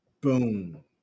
Boom